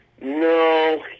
no